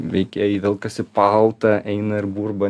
veikėjai velkasi paltą eina ir burba